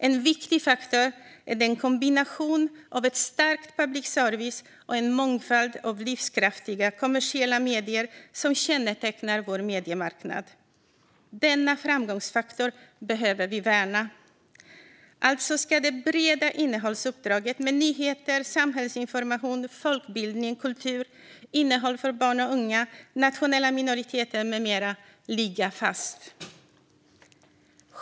En viktig faktor är den kombination av en stark public service och en mångfald av livskraftiga kommersiella medier som kännetecknar vår mediemarknad. Denna framgångsfaktor behöver vi värna. Alltså ska det breda innehållsuppdraget med nyheter, samhällsinformation, folkbildning, kultur, innehåll för barn och unga och nationella minoriteter med mera ligga fast.